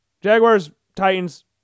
Jaguars-Titans